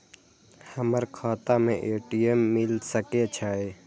हमर खाता में ए.टी.एम मिल सके छै?